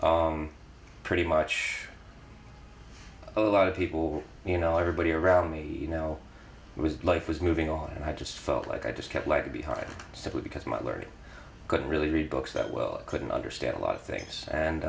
pretty much a lot of people you know everybody around me you know was life was moving on and i just felt like i just kept like a beehive simply because my learning could really read books that well i couldn't understand a lot of things and